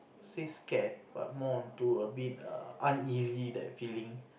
say scared but more on to a bit err uneasy that feeling